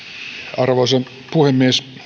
arvoisa puhemies